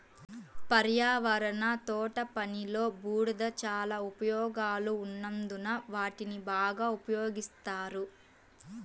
పర్యావరణ తోటపనిలో, బూడిద చాలా ఉపయోగాలు ఉన్నందున వాటిని బాగా ఉపయోగిస్తారు